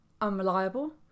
unreliable